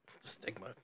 Stigma